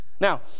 Now